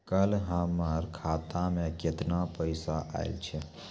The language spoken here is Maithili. कल हमर खाता मैं केतना पैसा आइल छै?